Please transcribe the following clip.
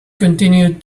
continued